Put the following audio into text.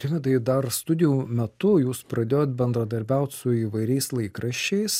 rimvydai dar studijų metu jūs pradėjot bendradarbiaut su įvairiais laikraščiais